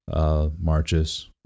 Marches